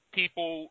people